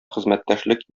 хезмәттәшлек